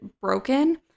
broken